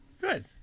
Good